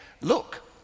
look